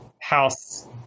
house